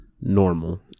normal